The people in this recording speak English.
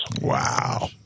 Wow